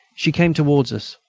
she came towards us.